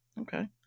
Okay